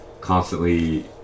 constantly